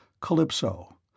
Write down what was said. Calypso